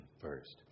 first